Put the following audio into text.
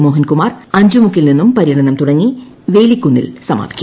മോഹൻകുമാർ അഞ്ചുമുക്കിൽ നിന്നും പര്യടനം തുടങ്ങി വെയിലിക്കുന്നിൽ സമാപിക്കും